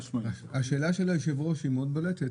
השאלה של היושב ראש מאוד בולטת.